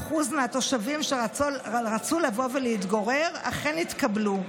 99% מהתושבים שרצו לבוא להתגורר אכן התקבלו.